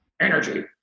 energy